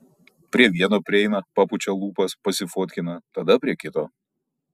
prie vieno prieina papučia lūpas pasifotkina tada prie kito